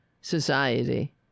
society